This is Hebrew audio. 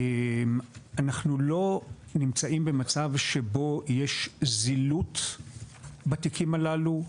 אנחנו לא נמצאים במצב שבו יש זילות בתיקים הללו,